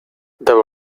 there